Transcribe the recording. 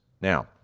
Now